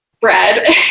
bread